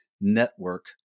network